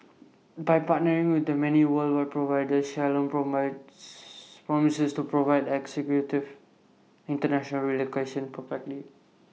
by partnering with the many worldwide providers Shalom promises to provide the executive International relocation perfectly